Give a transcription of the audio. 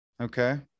Okay